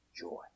joy